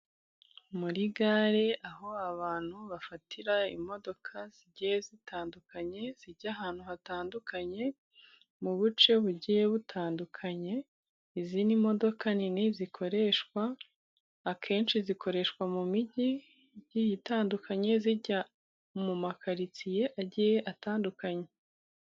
Muri gare aho abantu bafatira imodoka zigiye zitandukanye zijya ahantu hatandukanye mu bice bigiye bitandukanye. Izi ni modoka nini zikoreshwa, akenshi zikoreshwa mu mijyi igiye itandukanye zijya mu makaritsiye agiye atandukanye.